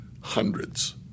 hundreds